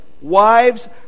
wives